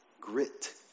grit